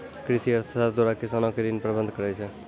कृषि अर्थशास्त्र द्वारा किसानो के ऋण प्रबंध करै छै